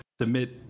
submit